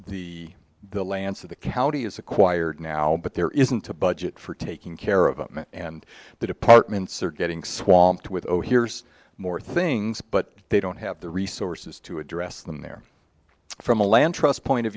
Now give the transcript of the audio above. lancer the county is acquired now but there isn't a budget for taking care of them and the departments are getting swamped with oh here's more things but they don't have the resources to address them there from a land trust point of